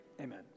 amen